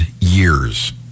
years